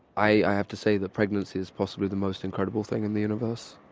i have to say that pregnancy is possibly the most incredible thing in the universe.